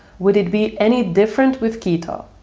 would it be any different with keto?